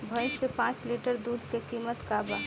भईस के पांच लीटर दुध के कीमत का बा?